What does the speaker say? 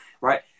right